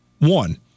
One